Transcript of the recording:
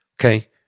Okay